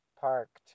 Parked